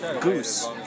goose